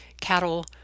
cattle